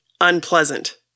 unpleasant